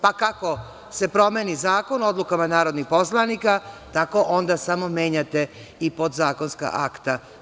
Pa kako se promeni zakon, odlukama narodnih poslanika, tako onda samo menjate i podzakonska akta.